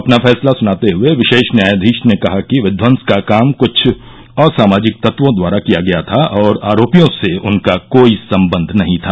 अपना फैसला सुनाते हुए विशेष न्यायाधीश ने कहा कि विध्यंस का काम क्छ असामाजिक तत्वों द्वारा किया गया था और आरोपियों से उनका कोई संबंध नहीं था